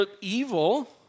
evil